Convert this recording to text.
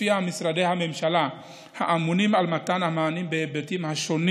שלפיה משרדי הממשלה האמונים על מתן המענים בהיבטים השונים